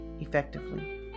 effectively